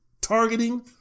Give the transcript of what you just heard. targeting